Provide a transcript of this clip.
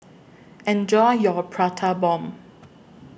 Enjoy your Prata Bomb